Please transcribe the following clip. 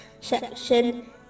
section